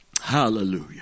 Hallelujah